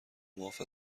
معاف